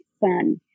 fun